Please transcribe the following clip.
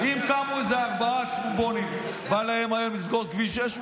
אם קמו איזה ארבעה צפונבונים ובא להם לסגור היום את כביש 6,